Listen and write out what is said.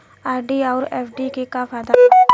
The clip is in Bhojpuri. आर.डी आउर एफ.डी के का फायदा बा?